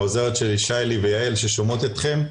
העוזרת שי-לי ויעל ששומעות אתכם.